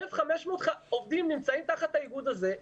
1,500 עובדים נמצאים תחת האיגוד הזה,